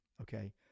okay